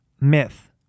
Myth